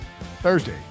Thursday